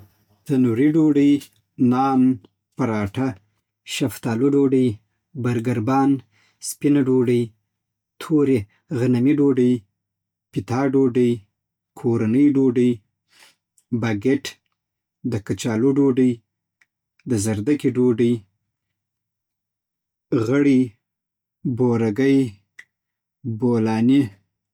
تنوري ډوډۍ نان پراټه شفتالو ډوډۍ برګر بان سپینه ډوډۍ تورې غنمې ډوډۍ پیتا ډوډۍ کورنۍ ډوډۍ باګېټ د کچالو ډوډی د زردکی ډوډی غړی بورګی بولانی